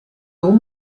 haut